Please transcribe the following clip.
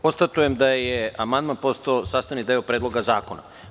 Konstatujem da je amandman postao sastavni deo Predloga zakona.